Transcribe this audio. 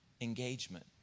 engagement